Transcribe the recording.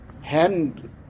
hand